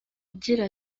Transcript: agira